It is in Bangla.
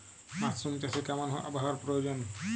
মাসরুম চাষে কেমন আবহাওয়ার প্রয়োজন?